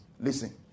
Listen